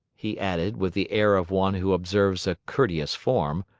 he added, with the air of one who observes a courteous form,